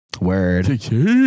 Word